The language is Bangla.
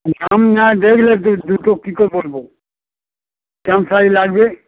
দাম না দেখলে জু জুতো কি করে পড়বো কিরম সাইজ লাগবে